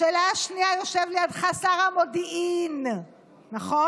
השאלה השנייה: יושב לידך שר המודיעין, נכון?